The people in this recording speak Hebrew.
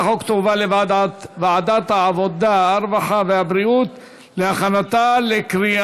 לוועדת העבודה, הרווחה והבריאות נתקבלה.